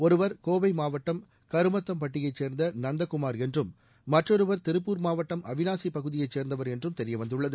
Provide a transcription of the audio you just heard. ஒருவர் கோவை மாவட்டம் கருமத்தம்பட்டியைச் சேர்ந்த நந்தகுமார் என்றும் மற்றொருவர் திருப்பூர் மாவட்டம் அவினாசி பகுதியைச் சேர்ந்தவர் என்றும் தெரியவந்துள்ளது